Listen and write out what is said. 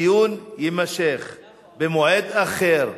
הדיון יימשך במועד אחר.